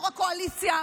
יו"ר הקואליציה,